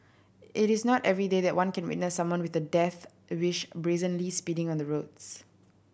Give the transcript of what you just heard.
it is not everyday that one can witness someone with a death wish brazenly speeding on the roads